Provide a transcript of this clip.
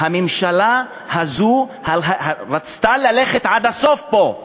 הממשלה הזאת רצה ללכת עד הסוף פה.